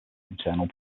internal